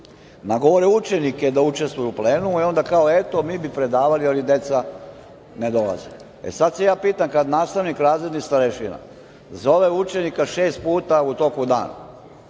nagovore učenike da učestvuju u plenumu i onda - eto, mi bi predavali, ali deca ne dolaze i sad se ja pitam kad nastavnik, razredni starešina zove učenika šest puta u toku dana